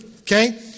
Okay